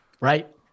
Right